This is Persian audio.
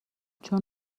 چون